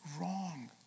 wrong